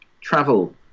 travel